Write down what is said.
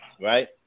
right